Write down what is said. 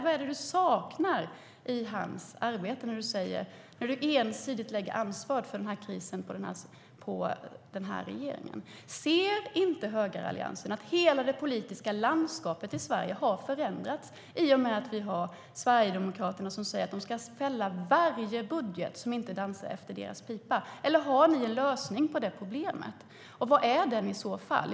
Vad är det Penilla Gunther saknar i hans arbete när hon ensidigt lägger ansvaret för krisen på regeringen? Ser inte högeralliansen att hela det politiska landskapet i Sverige har förändrats i och med att vi har Sverigedemokraterna som säger att de ska fälla varje budget som inte dansar efter deras pipa, eller har ni en lösning på det problemet? Vad är den lösningen i så fall?